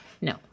No